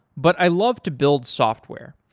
but i love to build software.